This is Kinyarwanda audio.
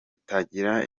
utangira